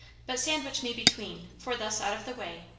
but sandwich me between, for thus out of the way,